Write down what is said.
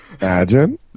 Imagine